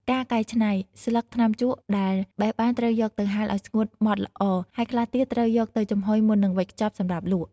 ការកែច្នៃ ស្លឹកថ្នាំជក់ដែលបេះបានត្រូវយកទៅហាលឱ្យស្ងួតហ្មត់ល្អ ហើយខ្លះទៀតត្រូវយកទៅចំហុយមុននឹងវេចខ្ចប់សម្រាប់លក់។